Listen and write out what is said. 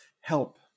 help